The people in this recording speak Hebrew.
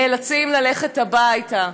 נאלצים ללכת הביתה.